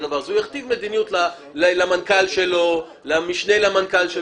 הוא יכתיב מדיניות למנכ"ל שלו, למשנה למנכ"ל.